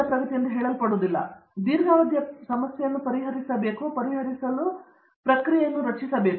ಪ್ರತಾಪ್ ಹರಿಡೋಸ್ ಸರಿ ದೀರ್ಘಾವಧಿಯ ಸಮಸ್ಯೆಯನ್ನು ಪರಿಹರಿಸಬಹುದು ಅಥವಾ ದೀರ್ಘಾವಧಿಯ ಪ್ರಕ್ರಿಯೆಯನ್ನು ರಚಿಸಲಾಗಿದೆ